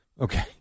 Okay